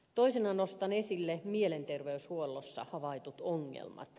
toisena nostan esille mielenterveyshuollossa havaitut ongelmat